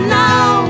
now